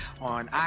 on